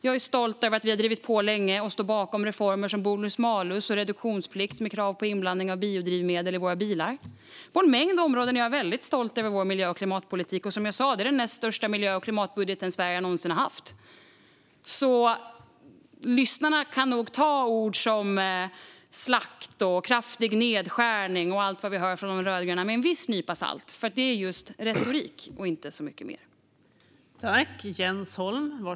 Jag är stolt över att vi länge har drivit på och står bakom reformer som bonus-malus och reduktionsplikt med krav på inblandning av biodrivmedel till bilarna. Jag är på en mängd områden väldigt stolt över vår miljö och klimatpolitik. Som jag sa är detta den näst största miljö och klimatbudget som Sverige någonsin har haft. Lyssnarna kan nog ta uttalanden som "slakt", "kraftig nedskärning" och allt vad vi hört från de rödgröna med en viss nypa salt. Det är bara retorik och inte så mycket mer.